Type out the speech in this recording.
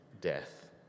death